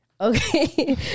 Okay